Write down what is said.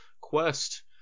quest